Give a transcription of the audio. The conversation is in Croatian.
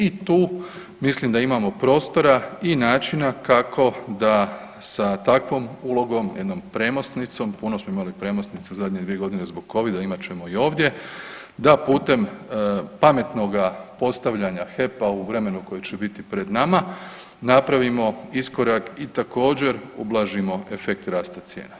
I tu mislim da imamo prostora i načina kako da sa takvom ulogom, jednom premosnicom, puno smo imali premosnica zadnje dvije godine zbog covida, imat ćemo i ovdje da putem pametnoga postavljanja HEP-a u vremenu koji će biti pred nama napravimo iskorak i također ublažimo efekt rasta cijena.